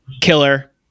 killer